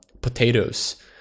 potatoes